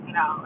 no